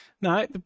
No